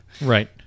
Right